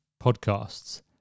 podcasts